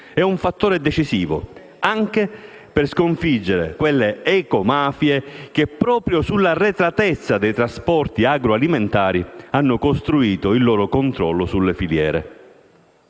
è un fattore decisivo, anche per sconfiggere quelle ecomafie, che proprio sull'arretratezza dei trasporti agroalimentari hanno costruito il loro controllo sulle filiere.